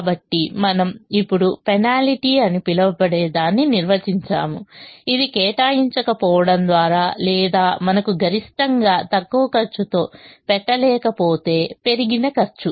కాబట్టి మనము ఇప్పుడు పెనాల్టీ అని పిలవబడేదాన్ని నిర్వచించాము ఇది కేటాయించకపోవడం ద్వారా లేదా మనకు గరిష్టంగా తక్కువ ఖర్చుతో పెట్టలేకపోతే పెరిగిన ఖర్చు